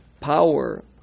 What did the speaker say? power